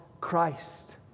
Christ